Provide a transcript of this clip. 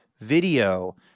video